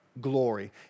glory